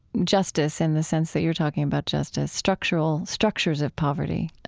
justice in the sense that you're talking about justice, structures structures of poverty,